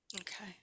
Okay